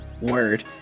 Word